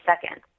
second